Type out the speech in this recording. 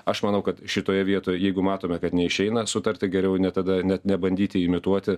aš manau kad šitoje vietoje jeigu matome kad neišeina sutart tai geriau net tada net nebandyti imituoti